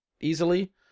easily